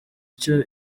cyo